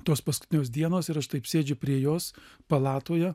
tos paskutinios dienos ir aš taip sėdžiu prie jos palatoje